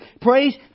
Praise